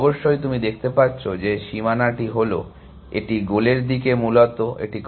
অবশ্যই তুমি দেখতে পাচ্ছ যে সীমানাটি হল এটি গোলের দিকে মূলত এটি করে